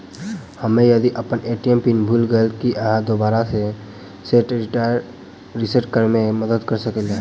हम्मे यदि अप्पन ए.टी.एम पिन भूल गेलियै, की अहाँ दोबारा सेट रिसेट करैमे मदद करऽ सकलिये?